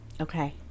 Okay